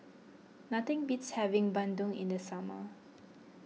nothing beats having Bandung in the summer